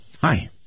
Hi